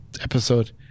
episode